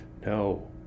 No